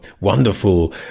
wonderful